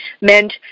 meant